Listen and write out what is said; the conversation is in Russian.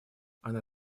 она